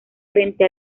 frente